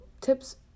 tips